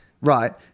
Right